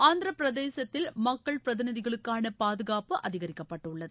ஆந்திரப் பிரசேத்தில் மக்கள் பிரதிநிதிகளுக்கான பாதுகாப்பு அதிகரிக்கப்பட்டுள்ளது